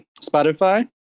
Spotify